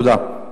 תודה.